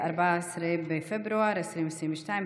14 בפברואר 2022,